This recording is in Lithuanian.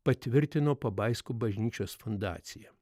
patvirtino pabaisko bažnyčios fundaciją